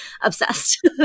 obsessed